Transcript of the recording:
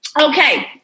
Okay